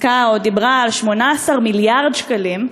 עסקה או דיברה על 18 מיליארד שקלים.